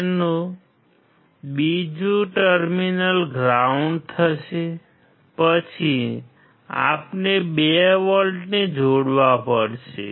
તેથી બીજું terminal ground થશે પછી આપણે 2 વોલ્ટને જોડવા પડશે